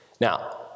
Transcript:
Now